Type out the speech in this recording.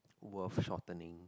worth shortening